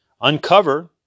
Uncover